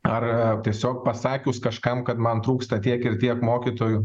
ar tiesiog pasakius kažkam kad man trūksta tiek ir tiek mokytojų